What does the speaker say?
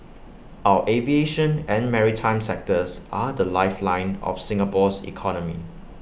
our aviation and maritime sectors are the lifeline of Singapore's economy